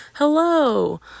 hello